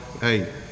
hey –